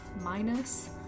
minus